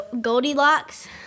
Goldilocks